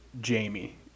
Jamie